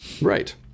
Right